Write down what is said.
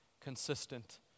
consistent